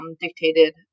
dictated